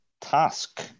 task